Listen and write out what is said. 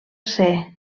ser